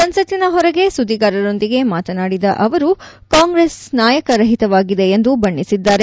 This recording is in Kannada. ಸಂಸತ್ತಿನ ಹೊರಗೆ ಸುದ್ದಿಗಾರರೊಂದಿಗೆ ಮಾತನಾಡಿದ ಜೋಶಿ ಕಾಂಗ್ರೆಸ್ ನಾಯಕ ರಹಿತವಾಗಿದೆ ಎಂದು ಬಣ್ಣಿಸಿದ್ದಾರೆ